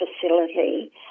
facility